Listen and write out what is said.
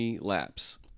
laps